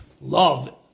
love